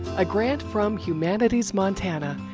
a grant from humanities montana,